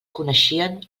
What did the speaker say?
coneixien